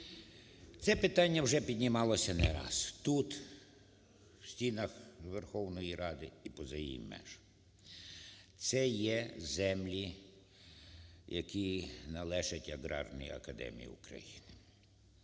Це питання вже піднімалося не раз тут у стінах Верховної Ради і поза її межами. Це є землі, які належать Аграрній академії України.